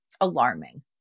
alarming